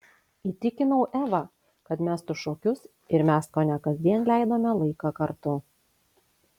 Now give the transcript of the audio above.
įtikinau evą kad mestų šokius ir mes kone kasdien leidome laiką kartu